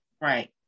right